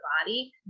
body